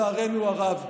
לצערנו הרב,